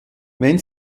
wenn